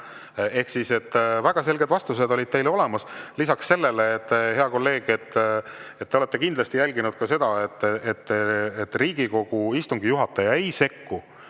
Ehk siis väga selged vastused teile olid olemas. Lisaks sellele, hea kolleeg, te olete kindlasti jälginud ka seda, et Riigikogu istungi juhataja ei sekku